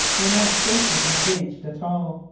were not closely engaged at all.